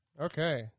Okay